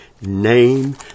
name